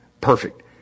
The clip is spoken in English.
Perfect